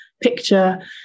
picture